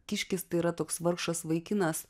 kiškis tai yra toks vargšas vaikinas